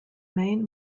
main